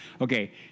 okay